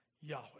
Yahweh